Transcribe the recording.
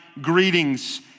greetings